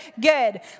good